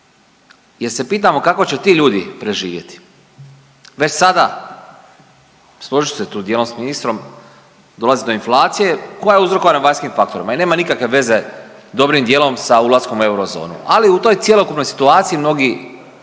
jer se pitamo kako će ti ljudi preživjeti. Već sada, složit ću se tu dijelom sa ministrom dolazi do inflacije koja je uzrokovana vanjskim faktorom i nema nikakve veze dobrim dijelom sa ulaskom u eurozonu. Ali u toj cjelokupnoj situaciji mnogi